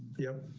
yep.